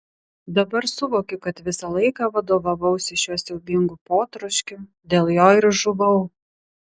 dabar suvokiu kad visą laiką vadovavausi šiuo siaubingu potroškiu dėl jo ir žuvau